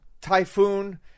Typhoon